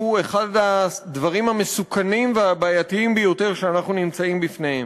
הוא אחד הדברים המסוכנים והבעייתיים ביותר שאנחנו נמצאים בפניהם.